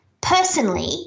Personally